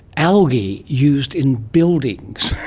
algae used in buildings,